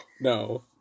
no